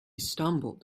stumbled